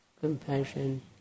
compassion